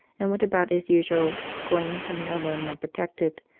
and went about as usual, going and coming alone and unprotected,